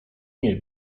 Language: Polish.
nie